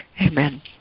Amen